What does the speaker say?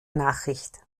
nachricht